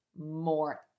more